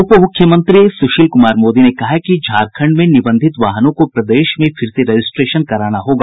उपमुख्यमंत्री सुशील कुमार मोदी ने कहा है कि झारखंड में निबंधित वाहनों को प्रदेश में फिर से रजिस्ट्रेशन कराना होगा